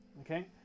Okay